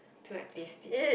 to like taste it